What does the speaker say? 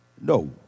No